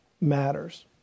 matters